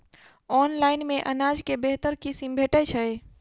Online मे अनाज केँ बेहतर किसिम भेटय छै?